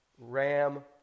ram